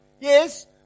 Yes